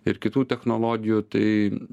ir kitų technologijų tai